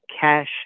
Cash